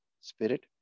Spirit